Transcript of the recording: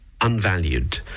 unvalued